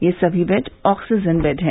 ये सभी bed oxygen bed हैं